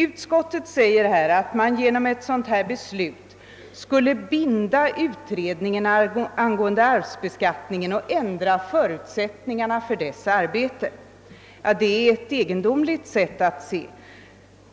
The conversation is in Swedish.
Utskottet säger att man genom ett beslut i enlighet med motionerna skulle binda utredningen angående arvsbeskattningen och ändra förutsättningarna för dess arbete. Det är ett egendomligt synsätt.